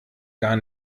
gar